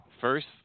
first